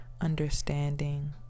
understanding